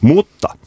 Mutta